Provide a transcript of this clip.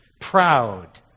proud